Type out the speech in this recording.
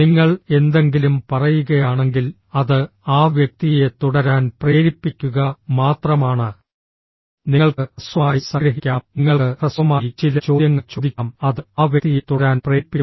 നിങ്ങൾ എന്തെങ്കിലും പറയുകയാണെങ്കിൽ അത് ആ വ്യക്തിയെ തുടരാൻ പ്രേരിപ്പിക്കുക മാത്രമാണ് നിങ്ങൾക്ക് ഹ്രസ്വമായി സംഗ്രഹിക്കാം നിങ്ങൾക്ക് ഹ്രസ്വമായി ചില ചോദ്യങ്ങൾ ചോദിക്കാം അത് ആ വ്യക്തിയെ തുടരാൻ പ്രേരിപ്പിക്കും